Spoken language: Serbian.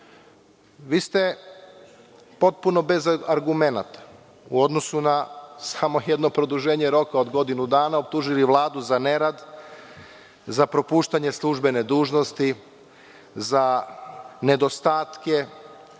ste potpuno bez argumenata, u odnosu na samo jedno produženje roka od godinu dana, optužili Vladu za nerad, za propuštanje službene dužnosti, za nedostatke,